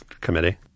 committee